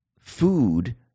food